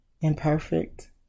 imperfect